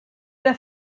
era